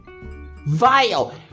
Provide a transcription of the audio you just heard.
Vile